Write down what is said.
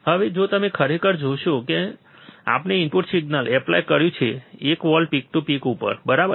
હવે જો તમે ખરેખર જોશો કે જ્યારે આપણે ઇનપુટ સિગ્નલ એપ્લાય કર્યું છે જે એક વોલ્ટની પીક ટુ પીક ઉપર છે બરાબર